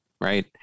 right